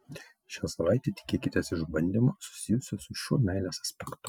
šią savaitę tikėkitės išbandymo susijusio su šiuo meilės aspektu